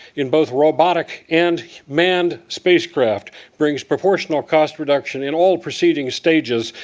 in both robotic and manned spacecraft, brings proportional cost reduction in all preceding stages,